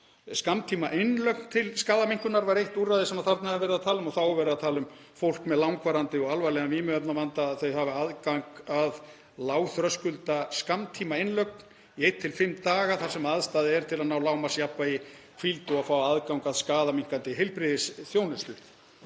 Skammtímainnlögn til skaðaminnkunar var eitt úrræði sem þarna er verið að tala um og þá er verið að tala um fólk með langvarandi og alvarlegan vímuefnavanda, að það hafi aðgang að lágþröskulda skammtímainnlögn í einn til fimm daga þar sem aðstaða er til að ná lágmarksjafnvægi í hvíld og að fá aðgang að skaðaminnkandi heilbrigðisþjónustu.